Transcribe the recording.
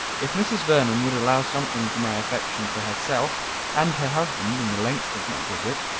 if mrs. vernon would allow something to my affection for herself and her husband in the length of my visit,